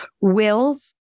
wills